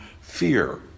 fear